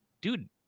dude